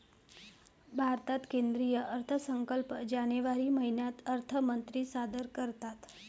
भारतात केंद्रीय अर्थसंकल्प जानेवारी महिन्यात अर्थमंत्री सादर करतात